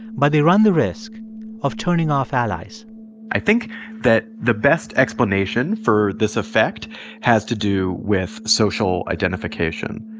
but they run the risk of turning off allies i think that the best explanation for this effect has to do with social identification.